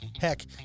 Heck